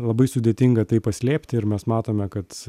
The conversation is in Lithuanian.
labai sudėtinga tai paslėpti ir mes matome kad